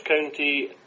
County